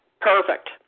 perfect